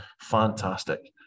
fantastic